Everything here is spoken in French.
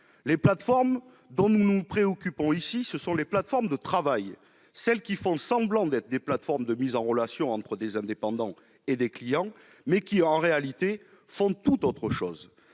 Les plateformes visées sont les plateformes de travail, celles qui font semblant d'être des plateformes de mise en relation entre des indépendants et des clients, mais qui, en réalité, font tout autre chose